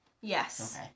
Yes